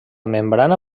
membrana